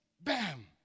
bam